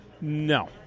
No